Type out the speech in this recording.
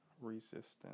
resistance